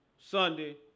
Sunday